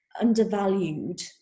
undervalued